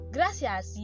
Gracias